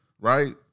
right